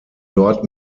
dort